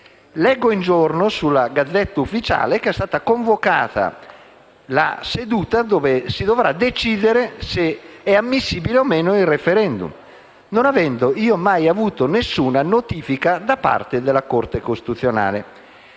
Leggo un giorno, sulla *Gazzetta Ufficiale*, che è stata convocata la seduta dove si dovrà decidere se è ammissibile o meno il *referendum*. Non avendo mai ricevuto alcuna notifica da parte della Corte costituzionale,